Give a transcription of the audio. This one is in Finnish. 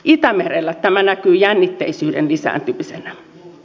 itämerellä tämä näkyy jännitteisyyden lisääntymisenä